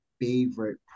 favorite